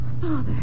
Father